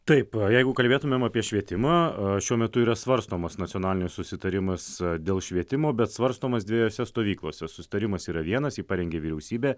taip jeigu kalbėtumėm apie švietimą šiuo metu yra svarstomas nacionalinis susitarimas dėl švietimo bet svarstomas dviejose stovyklose susitarimas yra vienas jį parengė vyriausybė